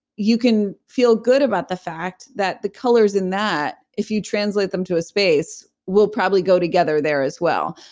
you can feel good about the fact that the colors in that if you translate them to a space will probably go together there as well.